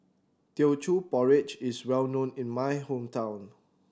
Teochew Porridge is well known in my hometown